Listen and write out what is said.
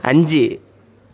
അഞ്ച്